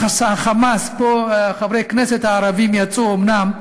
ה"חמאס" פה, חברי הכנסת הערבים יצאו, אומנם,